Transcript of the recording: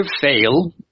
fail